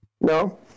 no